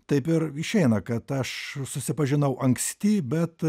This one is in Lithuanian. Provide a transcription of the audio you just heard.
taip ir išeina kad aš susipažinau anksti bet